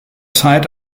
zeit